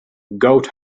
goat